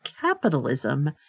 capitalism